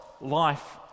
life